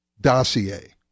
dossier